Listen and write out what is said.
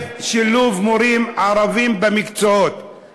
שאלתי לגבי המדיניות של שילוב מורים ערבים במקצועות.